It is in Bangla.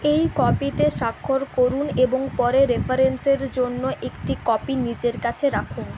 এই কপিতে স্বাক্ষর করুন এবং পরে রেফারেন্সের জন্য একটি কপি নিজের কাছে রাখুন